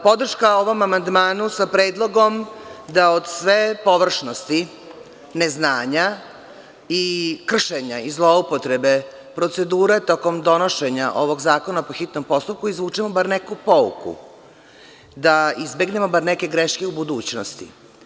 Podrška ovom amandmanu sa predlogom da od sve površnosti, neznanja i kršenja i zloupotrebe procedura tokom donošenja ovog zakona po hitnom postupku, izvučemo bar neku pouku, da izbegnemo bar neke greške u budućnosti.